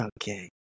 Okay